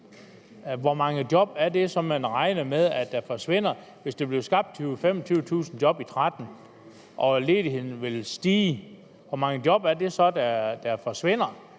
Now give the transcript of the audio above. Hvor mange job er det så, man regner med forsvinder? Hvis der bliver skabt 20.000-25.000 job i 2013 og ledigheden vil stige, hvor mange job er det så, der forsvinder?